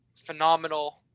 phenomenal